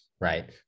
right